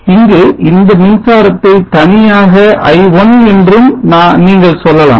இங்கு இந்த மின்சாரத்தை தனியாக i1 என்றும் நீங்கள் சொல்லலாம்